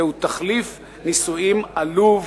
זהו תחליף נישואין עלוב